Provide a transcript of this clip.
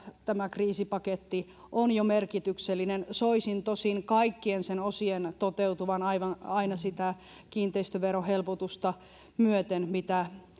tämä kriisipaketti on jo merkityksellinen soisin tosin kaikkien sen osien toteutuvan aina sitä kiinteistöverohelpotusta myöten mitä